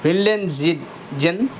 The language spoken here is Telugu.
వెల్లెన్ జిద్ జెన్